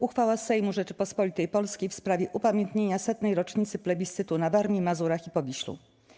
Uchwała Sejmu Rzeczypospolitej Polskiej w sprawie upamiętnienia 100. rocznicy plebiscytu na Warmii, Mazurach i Powiślu.